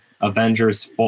Avengers